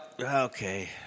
Okay